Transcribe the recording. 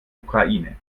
ukraine